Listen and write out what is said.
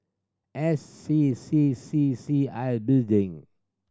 S C C C C I Building